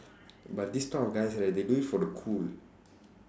but this type of guys right they do it for the cool